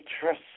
trust